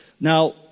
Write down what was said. Now